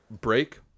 break